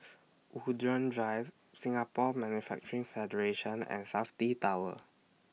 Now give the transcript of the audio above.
Woollerton Drive Singapore Manufacturing Federation and Safti Tower